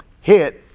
hit